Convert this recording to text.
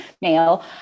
male